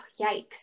yikes